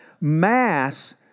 mass